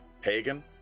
Pagan